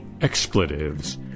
expletives